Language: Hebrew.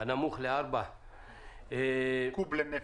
הנמוך ל-4 קוב בחודש לנפש.